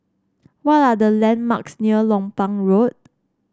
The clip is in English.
what are the landmarks near Lompang Road